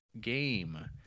game